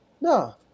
No